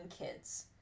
kids